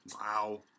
Wow